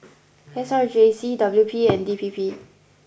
S R J C W P and D P P